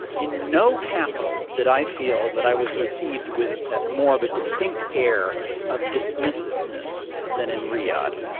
in no capital did i feel that i was received with more of a distinct air of dismissiveness than in riyadh.